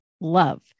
love